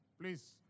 Please